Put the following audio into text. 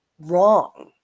wrong